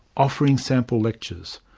offering sample lectures.